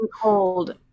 cold